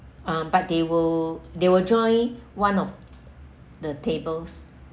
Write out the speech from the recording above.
um but they will they will join one of the tables